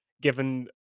given